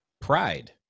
Pride